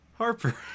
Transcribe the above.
harper